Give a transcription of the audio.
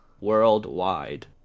worldwide